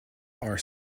are